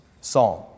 Psalm